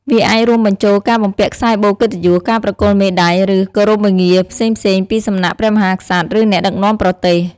វាអាចរួមបញ្ចូលការបំពាក់ខ្សែបូរកិត្តិយស ការប្រគល់មេដាយ ឬ គោរម្យងារផ្សេងៗពីសំណាក់ព្រះមហាក្សត្រ ឬ អ្នកដឹកនាំប្រទេស។